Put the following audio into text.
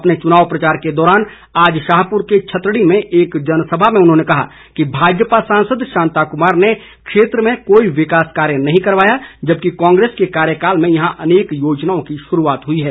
अपने चुनाव प्रचार के दौरान आज शाहपुर के छतड़ी में एक जनसभा में उन्होंने कहा कि भाजपा सांसद शांता कुमार ने क्षेत्र में कोई विकास कार्य नहीं करवाया जबकि कांग्रेस के कार्यकाल में यहां अनेक योजनाओं की शुरूआत हुई है